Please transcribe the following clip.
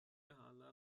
hâlâ